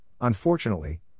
unfortunately